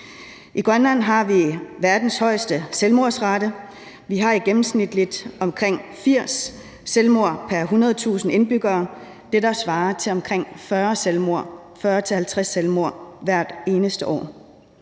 I Grønland har vi verdens højeste selvmordsrate, vi har gennemsnitligt omkring 80 selvmord per 100.000 indbyggere – det, der svarer til omkring 40-50 selvmord hvert eneste år.